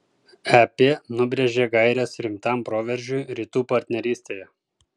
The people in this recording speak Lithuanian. ep nubrėžė gaires rimtam proveržiui rytų partnerystėje